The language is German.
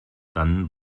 dann